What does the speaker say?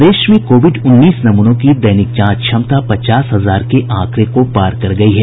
प्रदेश में कोविड उन्नीस नमूनों की दैनिक जांच क्षमता पचास हजार के आंकड़े को पार कर गयी है